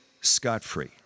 scot-free